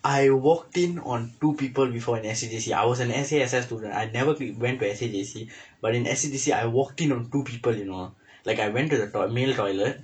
I walked in on two people before in S_A_J_C I was an S_A_S_S student I never went to S_A_J_C but in S_A_J_C I walked in one two people you know like I went to the to~ male toilet